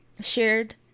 shared